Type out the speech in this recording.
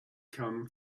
come